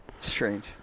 Strange